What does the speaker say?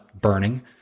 burning